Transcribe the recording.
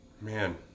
Man